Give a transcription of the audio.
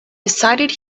decided